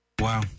Wow